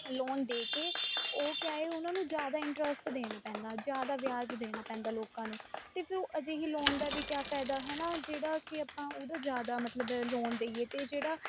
loan ਦੇ ਕੇ ਉਹ ਕਿਆ ਏ ਉਹਨਾਂ ਨੂੰ ਜ਼ਿਆਦਾ ਇੰਟਰਸਟ ਦੇਣਾ ਪੈਂਦਾ ਜ਼ਿਆਦਾ ਵਿਆਜ ਦੇਣਾ ਪੈਂਦਾ ਲੋਕਾਂ ਨੂੰ ਅਤੇ ਫਿਰ ਉਹ ਅਜਿਹੀ ਲੋਨ ਦਾ ਵੀ ਕਿਆ ਫਾਇਦਾ ਹੈ ਨਾ ਜਿਹੜਾ ਕਿ ਆਪਾਂ ਉਹਦਾ ਜ਼ਿਆਦਾ ਮਤਲਬ ਲੋਨ ਦਈਏ ਅਤੇ ਜਿਹੜਾ